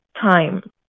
Time